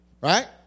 right